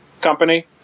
company